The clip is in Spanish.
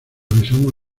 besamos